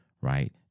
right